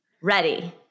Ready